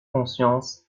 conscience